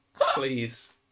please